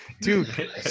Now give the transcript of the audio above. Dude